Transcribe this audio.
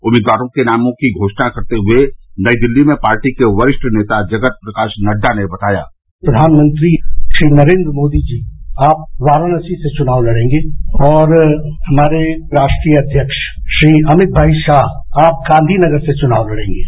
उम्मीदवारों के नाम की घोषणा करते हुए नई दिल्ली में पार्टी के वरिष्ठ नेता जगत प्रकाश नड्डा ने बताया प्रधानमंत्री श्री नरेन्द्र मोदी जी आप वाराणसी से चुनाव लड़ेंगे और हमारे राष्ट्रीय अध्यक्ष श्री अमित भाई शाह आप गांधी नगर से चुनाव लड़ेंगे